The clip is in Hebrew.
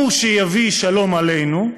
הוא שיביא שלום עלינו,